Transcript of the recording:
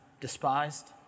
despised